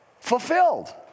Fulfilled